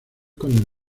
con